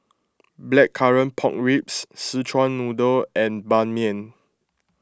Blackcurrant Pork Ribs Szechuan Noodle and Ban Mian